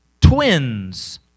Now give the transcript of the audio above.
twins